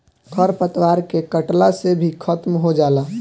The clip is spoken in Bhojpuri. खर पतवार के कटला से भी खत्म हो जाला